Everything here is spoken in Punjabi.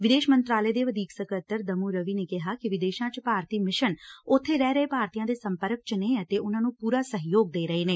ਵਿਦੇਸ ੱਮੰਤਰਾਲੇ ਦੇ ਵਧੀਕ ਸਕੱਤਰ ਦਮੂੰ ਰਵੀ ਨੇ ਕਿਹੈ ਕਿ ਵਿਦੇਸ਼ਾਂ ਚ ਭਾਰਤੀ ਮਿਸ਼ਨ ਉਥੇ ਰਹਿ ਰਹੇ ਭਾਰਤੀਆਂ ਦੇ ਸੰਪਰਕ ਚ ਨੇ ਅਤੇ ਉਨ੍ਹਾਂ ਨੂੰ ਪੂਰਾ ਸਹਿਯੋਗ ਦੇ ਰਹੇ ਨੇ